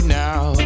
now